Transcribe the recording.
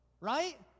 Right